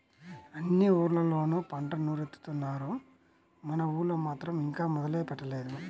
అన్ని ఊర్లళ్ళోనూ పంట నూరుత్తున్నారు, మన ఊళ్ళో మాత్రం ఇంకా మొదలే పెట్టలేదు